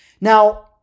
Now